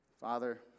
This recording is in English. father